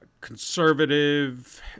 conservative